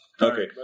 Okay